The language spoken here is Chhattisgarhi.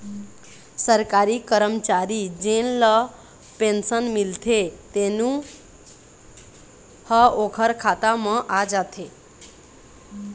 सरकारी करमचारी जेन ल पेंसन मिलथे तेनो ह ओखर खाता म आ जाथे